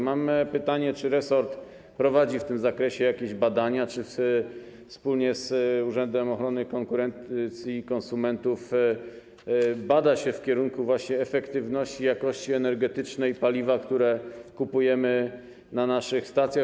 Mam pytanie: Czy resort prowadzi w tym zakresie jakieś badania, czy wspólnie z Urzędem Ochrony Konkurencji i Konsumentów wykonuje badania w kierunku właśnie efektywności i jakości energetycznej paliwa, które kupujemy na naszych stacjach?